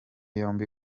yombi